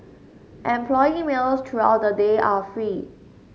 employee meals throughout the day are free